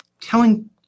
Telling